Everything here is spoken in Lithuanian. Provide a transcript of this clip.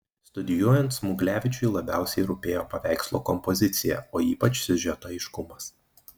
studijuojant smuglevičiui labiausiai rūpėjo paveikslo kompozicija o ypač siužeto aiškumas